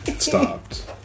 stopped